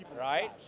Right